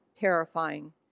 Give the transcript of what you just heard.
terrifying